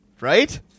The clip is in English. Right